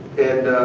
and,